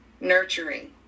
nurturing